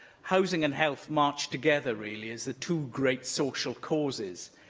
housing and health marched together, really, as the two great social causes.